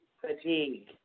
FATIGUE